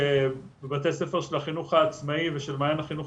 שבתי ספר של החינוך העצמאי ושל מעיין החינוך